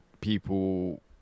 people